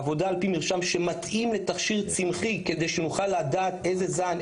עבודה על-פי מרשם שמתאים לתכשיר צמחי כדי שנוכל לדעת איזה זן,